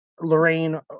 Lorraine